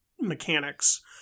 mechanics